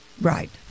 Right